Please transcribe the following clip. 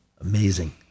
Amazing